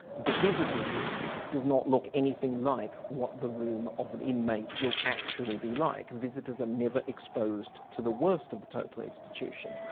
the visitors room does not look anything like what the room of an inmate will actually be like. visitors are never exposed to the worst of the total institution.